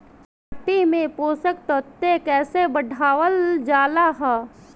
माटी में पोषक तत्व कईसे बढ़ावल जाला ह?